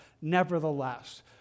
Nevertheless